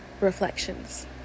Reflections